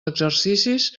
exercicis